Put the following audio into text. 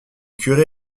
curés